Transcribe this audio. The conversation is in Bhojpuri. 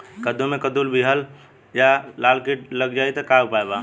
कद्दू मे कद्दू विहल या लाल कीट लग जाइ त का उपाय बा?